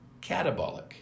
catabolic